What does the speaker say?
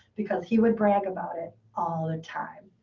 because he would brag about it all the time.